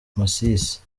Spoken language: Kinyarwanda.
masisi